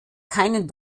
keinen